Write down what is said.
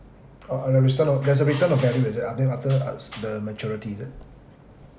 oh there's a return of value is it and then after uh s~ the maturity is it